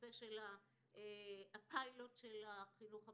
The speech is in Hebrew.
הובלת הפיילוט של החינוך המיוחד.